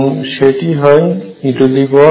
এবং সেটি হয় eimϕ